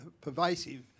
pervasive